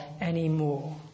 anymore